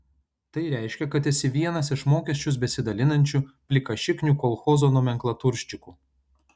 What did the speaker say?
tai reiškia kad esi vienas iš mokesčius besidalinančių plikašiknių kolchozo nomenklaturščikų